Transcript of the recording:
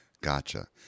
Gotcha